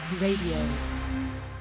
Radio